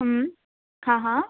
हम्म हा हा